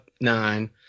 nine